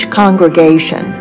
congregation